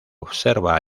observa